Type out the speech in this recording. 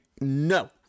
no